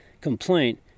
complaint